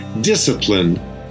discipline